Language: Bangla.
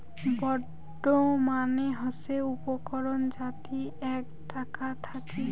বন্ড মানে হসে উপকরণ যাতি আক টাকা থাকি